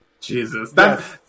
Jesus